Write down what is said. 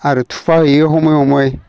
आरो थुफाहोयो हमै हमै